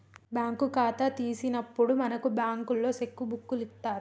bank ఖాతా తీసినప్పుడే మనకు బంకులోల్లు సెక్కు బుక్కులిత్తరు